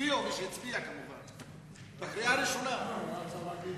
הצבענו בקריאה הראשונה על חוק ההסדרים לאחר שתים-עשרה שעות.